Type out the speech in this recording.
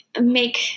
make